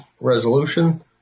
resolution